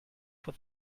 for